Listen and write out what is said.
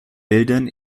bilden